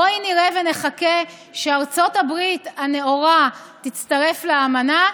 בואי נראה ונחכה שארצות הברית הנאורה תצטרף לאמנה,